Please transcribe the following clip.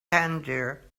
tangier